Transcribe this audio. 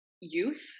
youth